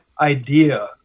idea